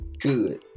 good